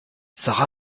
sara